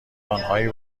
آنهایی